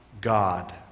God